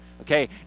Okay